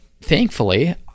Thankfully